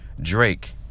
Drake